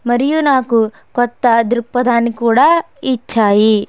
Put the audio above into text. మరియు నాకు కొత్త దృక్పథాన్ని కూడా ఇచ్చాయి